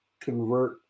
convert